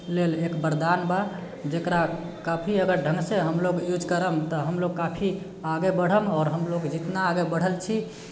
लेल एक वरदान बा जेकरा काफी अगर ढंगसँ यदि हम लोग यूज करब तऽ हम लोग काफी आगे बढ़ब आओर हम लोग जितना आगे बढ़ल छी